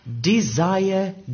desire